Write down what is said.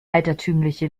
altertümliche